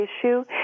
issue